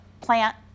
plant